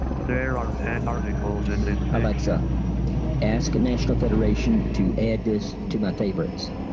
there are ten articles in this. alexa ask the national federation to add this to my favorites.